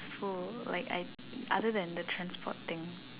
so like I other than the transport thing